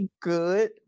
good